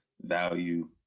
value